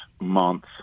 month